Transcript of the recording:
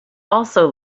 also